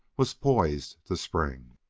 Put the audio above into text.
was poised to spring.